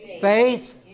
faith